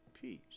peace